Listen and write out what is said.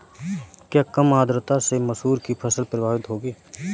क्या कम आर्द्रता से मसूर की फसल प्रभावित होगी?